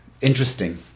Interesting